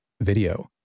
video